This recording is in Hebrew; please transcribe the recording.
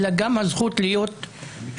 אלא גם הזכות להיות שונה,